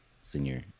senior